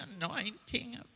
anointing